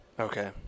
Okay